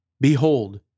Behold